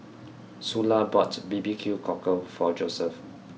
Sula bought B B Q Cockle for Joseph